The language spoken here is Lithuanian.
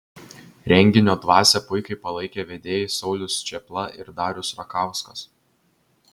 renginio dvasią puikiai palaikė vedėjai saulius čėpla ir darius rakauskas